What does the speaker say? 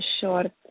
short